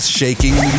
shaking